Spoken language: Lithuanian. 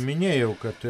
minėjau kad